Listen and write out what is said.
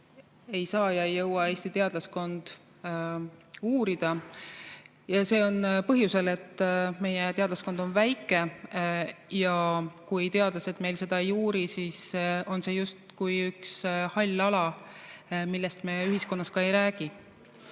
ei saa, ei jõua Eesti teadlaskond uurida. See on nii põhjusel, et meie teadlaskond on väike. Ja kui teadlased meil [mingit teemat] ei uuri, siis on see justkui üks hall ala, millest meie ühiskonnas ka ei räägi.